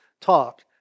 talk